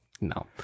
No